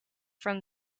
from